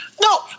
No